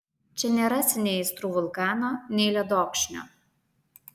čia nerasi nei aistrų vulkano nei ledokšnio